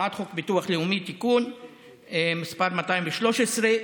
הצעת חוק ביטוח לאומי (תיקון מס' 213)